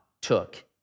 took